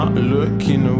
Looking